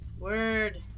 word